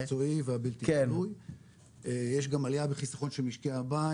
יש גם עליה בחיסכון של משקי הבית,